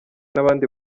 n’abandi